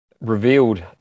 revealed